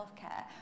healthcare